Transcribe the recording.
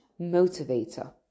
motivator